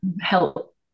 help